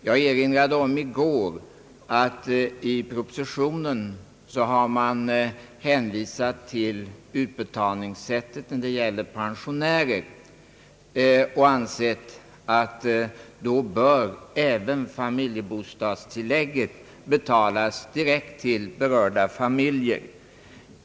Jag erinrade i går om att man i propositionen har hänvisat till utbetalningssättet när det gäller pensionärer och ansett att även familjebostadstilllägget bör betalas direkt till berörda familjer.